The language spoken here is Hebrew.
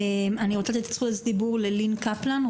אני רוצה לתת את רשות הדיבור ללין קפלן,